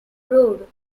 road